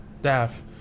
staff